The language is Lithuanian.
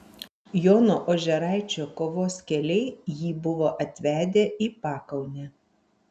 jono ožeraičio kovos keliai jį buvo atvedę į pakaunę